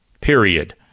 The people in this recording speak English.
period